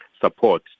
support